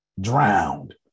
drowned